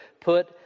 put